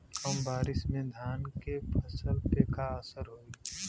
कम बारिश में धान के फसल पे का असर होई?